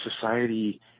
society